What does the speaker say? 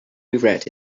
regret